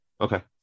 okay